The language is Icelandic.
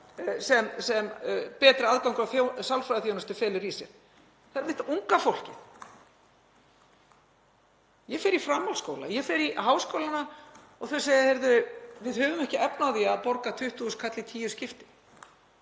sem betri aðgangur að sálfræðiþjónustu felur í sér? Það er einmitt unga fólkið. Ég fer í framhaldsskóla, ég fer í háskólana og þau segja: Heyrðu, við höfum ekki efni á því að borga 20.000 kall